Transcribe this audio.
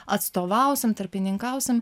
atstovausim tarpininkausim